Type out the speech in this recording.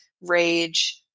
rage-